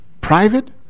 private